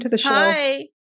Hi